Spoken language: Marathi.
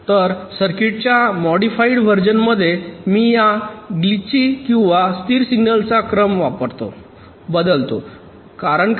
तर सर्किटच्या मॉडिफाइड व्हर्जन मध्ये मी या ग्लिची किंवा स्थिर सिग्नलचा क्रम बदलतो कारण काय